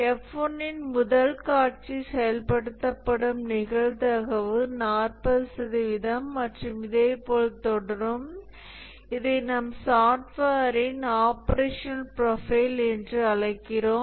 F1 இன் முதல் காட்சி செயல்படுத்தப்படும் நிகழ்தகவு நாற்பது சதவிகிதம் மற்றும் இதுபோல் தொடரும் இதை நாம் சாஃப்ட்வேரின் ஆப்ரேஷனல் ப்ரொஃபைல் என்று அழைக்கிறோம்